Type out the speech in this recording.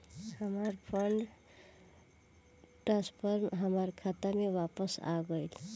हमार fund transfer हमार खाता में वापस आ गइल